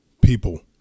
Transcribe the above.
People